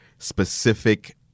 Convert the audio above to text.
specific